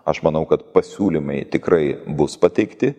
aš manau kad pasiūlymai tikrai bus pateikti